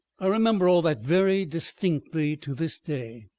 i remember all that very distinctly to this day.